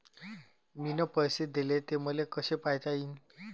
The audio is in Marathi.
मिन पैसे देले, ते मले कसे पायता येईन?